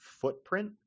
footprint